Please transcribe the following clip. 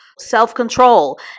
self-control